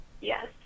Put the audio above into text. Yes